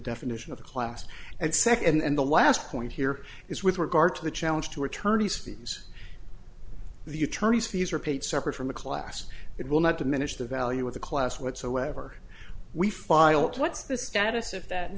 definition of the class and second and the last point here is with regard to the challenge to attorneys fees the attorneys fees are paid separate from the class it will not diminish the value of the class whatsoever we file what's the status of that